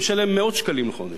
אני משלם מאות שקלים לחודש.